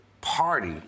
party